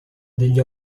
degli